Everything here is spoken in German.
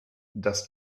dass